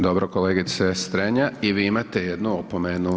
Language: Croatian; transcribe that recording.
Dobro kolegica Strenja i vi imate jednu opomenu.